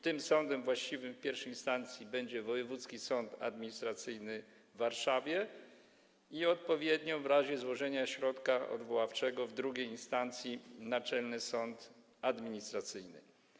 Tym sądem właściwym I instancji będzie Wojewódzki Sąd Administracyjny w Warszawie i odpowiednio w razie złożenia środka odwoławczego w II instancji - Naczelny Sąd Administracyjny.